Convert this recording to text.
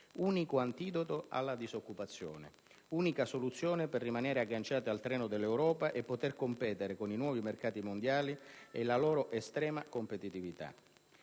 unico antidoto alla disoccupazione, unica soluzione per rimanere agganciati al treno dell'Europa e poter competere con i nuovi mercati mondiali e la loro estrema competitività.